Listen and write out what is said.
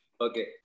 Okay